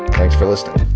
thanks for listening